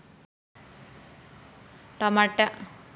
टमाट्यावरील नागीण रोगसाठी काय करा लागन?